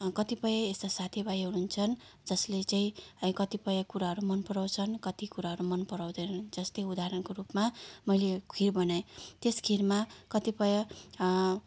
कतिपय यस्ता साथीभाइहरू हुन्छन् जसले चाहिँ कतिपय कुराहरू मनपराउँछन् कति कुराहरू मनपराउँदैनन् जस्तै उदाहरणको रूपमा मैले खिर बनाएँ त्यस खिरमा कतिपय